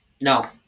No